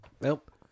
Nope